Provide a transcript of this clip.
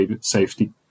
safety